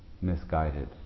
misguided